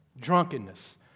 drunkenness